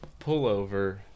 pullover